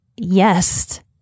yes